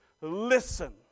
listen